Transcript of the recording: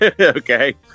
okay